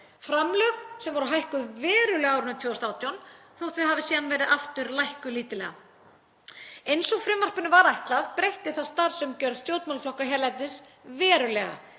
framlög sem voru hækkuð verulega á árinu 2018, þótt þau hafi síðan verið aftur lækkuð lítillega. Eins og frumvarpinu var ætlað að gera breytti það starfsumgjörð stjórnmálaflokka hérlendis verulega